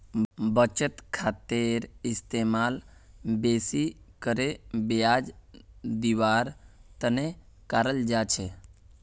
बचत खातार इस्तेमाल बेसि करे ब्याज दीवार तने कराल जा छे